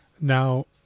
Now